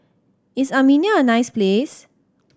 is Armenia a nice place